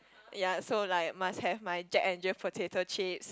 yea so like must have my Jack and Jill potato chips